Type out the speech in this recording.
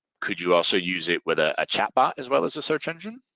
could you also use it with ah a chat bot as well as a search engine?